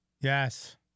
Yes